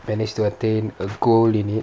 managed to attain a gold in it